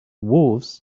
wolves